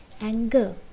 anger